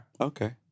Okay